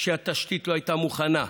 כשהתשתית לא הייתה מוכנה,